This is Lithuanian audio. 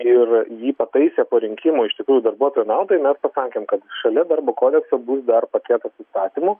ir jį pataisę po rinkimų iš tikrųjų darbuotojų naudai mes pasakėm kad šalia darbo kodekso bus dar paketas įstatymų